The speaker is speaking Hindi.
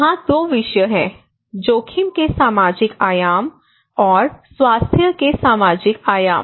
यहां 2 विषय हैं जोखिम के सामाजिक आयाम और स्वास्थ्य के सामाजिक आयाम